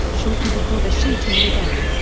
shortly before the shooting began,